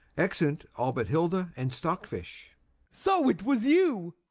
exeunt all but hilda and stockfish so it was you!